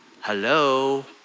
hello